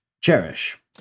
cherish